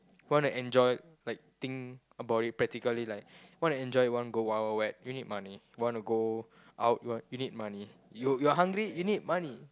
want to enjoy like think about it practically like want to enjoy want go Wild Wild Wet you need money want to go out you you need money you you're hungry you need money